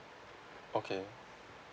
okay